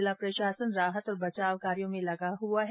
जिला प्रशासन राहत और बचाव कार्यो में लगा हुआ है